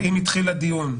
ואם התחיל הדיון?